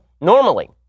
normally—